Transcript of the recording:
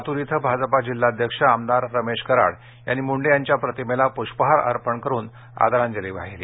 लातूर इथं भाजपा जिल्हाध्यक्ष आमदार रमेश कराड यांनी मुंडे यांच्या प्रतिमेस पुष्पहार अर्पण करून आदरांजली वाहिली